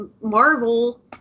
Marvel